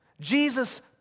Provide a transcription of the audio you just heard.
Jesus